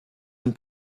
and